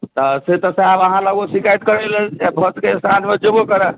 तऽ से तऽ साहब अहाँ लग ओ शिकायत करय लेल भऽ सकैए साँझमे जेबो करय